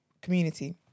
community